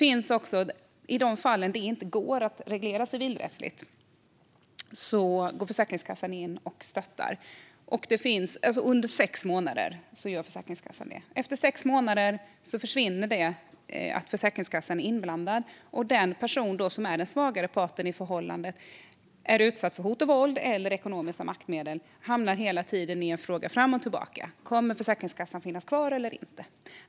I de fall det inte går att reglera detta civilrättsligt går dock Försäkringskassan in och stöttar under sex månader. Efter sex månader försvinner Försäkringskassans inblandning, och den person som är den svagare parten i förhållandet - som är utsatt för hot och våld eller ekonomiska maktmedel - hamnar i ett läge där det hela tiden är fram och tillbaka: Kommer Försäkringskassan att finnas kvar eller inte?